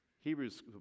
Hebrews